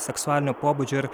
seksualinio pobūdžio ir